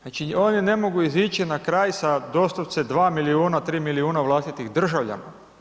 Znači, oni ne mogu izići na kraj sa doslovce 2 milijuna, 3 milijuna vlastitih državljana.